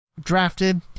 drafted